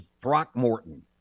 Throckmorton